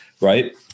right